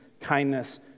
kindness